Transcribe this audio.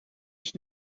ich